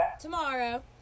Tomorrow